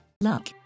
Luck